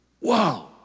wow